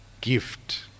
gift